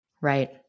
Right